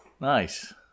Nice